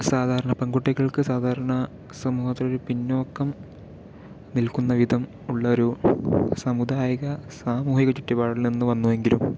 സാധാരണ പെൺകുട്ടികൾക്ക് സാധാരണ സമൂഹത്തിൽ പിന്നോക്കം നിൽക്കുന്ന വിധം ഉള്ളൊരു സമുദായിക സാമൂഹിക ചുറ്റുപാടിൽ നിന്ന് വന്നുവെങ്കിലും